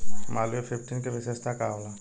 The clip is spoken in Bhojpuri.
मालवीय फिफ्टीन के विशेषता का होला?